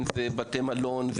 אם זה בתי מלון,